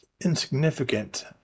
Insignificant